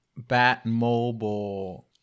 Batmobile